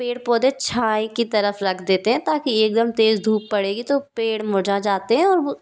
पेड़ पौधे छांव की तरफ रख देते हें ताकि एकदम तेज़ धूप पड़ेगी तो पेड़ मुरझा जाते हैं और वह